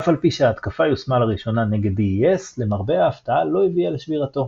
אף על פי שההתקפה יושמה לראשונה נגד DES למרבה ההפתעה לא הביאה לשבירתו.